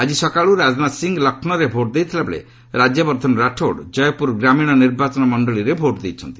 ଆଜି ସକାଳୁ ରାଜନାଥ ସିଂ ଲକ୍ଷ୍ନୌରେ ଭୋଟ୍ ଦେଥିଲାବେଳେ ରାଜ୍ୟବର୍ଦ୍ଧନ ରାଠୋର୍ ଜୟପୁର ଗ୍ରାମୀଣ ନିର୍ବାଚନ ମଣ୍ଡଳୀରେ ଭୋଟ୍ ଦେଇଛନ୍ତି